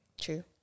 True